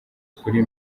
ukuri